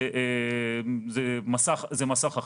זה מסך אחר.